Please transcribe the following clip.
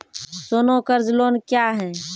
सोना कर्ज लोन क्या हैं?